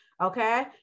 Okay